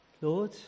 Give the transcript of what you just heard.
Lord